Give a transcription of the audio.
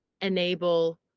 enable